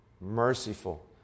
merciful